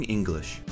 English